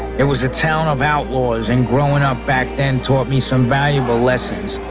it was a town of outlaws and growing up back then taught me some valuable lessons,